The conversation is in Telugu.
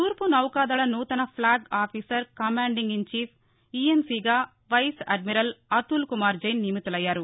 తూర్పునౌకా దళ నూతన ఫ్లాగ్ ఆఫీసర్ కమాండింగ్ ఇన్ చీఫ్గా వైస్ అడ్మిరల్ అతుల్కుమార్ జైన్ నియమితులయ్యారు